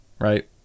right